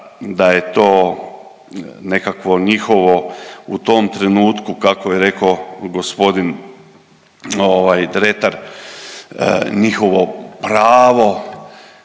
da je to nekakvo njihovo u tom trenutku kako je rekao gospodin ovaj Dretar njihovo pravo